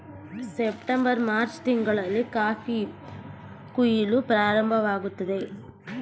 September March ತಿಂಗಳಲ್ಲಿ coffee ಕುಯಿಲು ಪ್ರಾರಂಭವಾಗುತ್ತದೆ